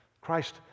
Christ